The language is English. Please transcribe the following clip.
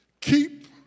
keep